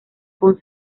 con